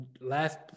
last